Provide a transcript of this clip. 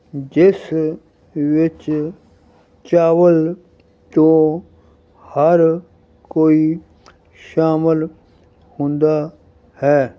ਜਿਸ ਵਿੱਚ ਚਾਵਲ ਤੋਂ ਹਰ ਕੋਈ ਸ਼ਾਮਲ ਹੁੰਦਾ ਹੈ